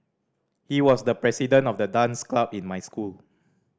he was the president of the dance club in my school